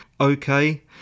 okay